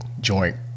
joint